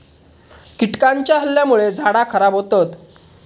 कीटकांच्या हल्ल्यामुळे झाडा खराब होतत